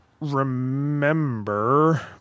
remember